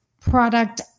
product